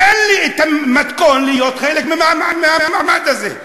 תן לי את המתכון להיות חלק מהמעמד הזה.